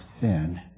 sin